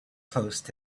closed